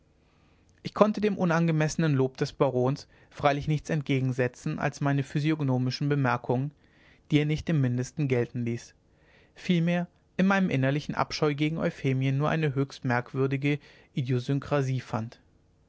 ich konnte dem ungemessenen lob des barons freilich nichts entgegensetzen als meine physiognomischen bemerkungen die er nicht im mindesten gelten ließ vielmehr in meinem innerlichen abscheu gegen euphemien nur eine höchst merkwürdige idiosynkrasie fand